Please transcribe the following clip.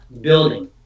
building